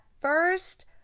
first